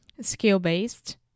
Skill-based